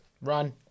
Run